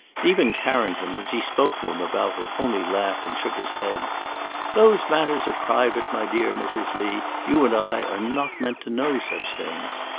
even carrington, when she spoke to him about it, only laughed and shook his head those matters are private, my dear mrs. lee you and i are not meant to know such things.